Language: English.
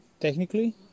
technically